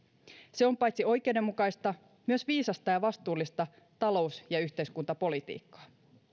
se on paitsi oikeudenmukaista myös viisasta ja vastuullista talous ja yhteiskuntapolitiikkaa